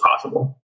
possible